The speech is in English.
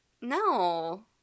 No